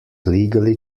legally